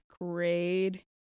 grade